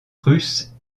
russe